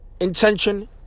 intention